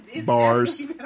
Bars